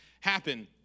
happen